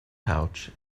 pouch